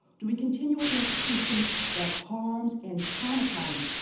do we continue with an institution that harms and traumatizes,